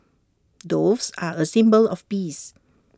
doves are A symbol of peace